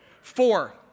Four